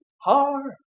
hard